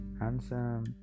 handsome